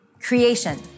Creation